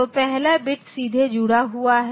तो पहला बिट सीधे जुड़ा हुआ है